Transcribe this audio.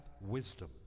wisdom